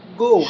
go